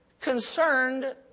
concerned